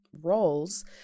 roles